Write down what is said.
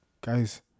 guys